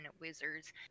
Wizards